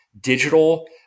digital